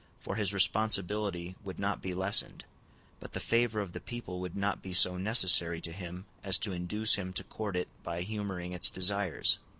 for his responsibility would not be lessened but the favor of the people would not be so necessary to him as to induce him to court it by humoring its desires.